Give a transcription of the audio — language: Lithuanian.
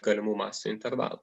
galimų masių intervalą